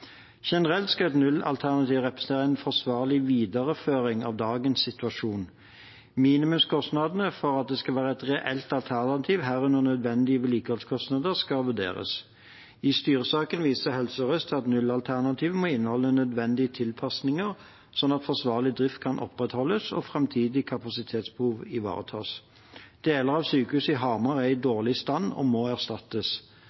Generelt skal et nullalternativ representere en forsvarlig videreføring av dagens situasjon. Minimumskostnadene for at det skal være et reelt alternativ, herunder nødvendige vedlikeholdskostnader, skal vurderes. I styresaken viser Helse Sør-Øst til at nullalternativet må inneholde nødvendige tilpasninger, slik at forsvarlig drift kan opprettholdes og framtidig kapasitetsbehov ivaretas. Deler av sykehuset i Hamar er i